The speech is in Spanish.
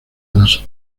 las